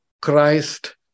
Christ